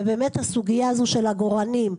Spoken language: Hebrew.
הסוגייה הזו של עגורנים,